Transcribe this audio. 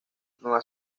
nueva